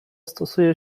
stosuje